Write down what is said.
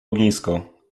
ognisko